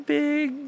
big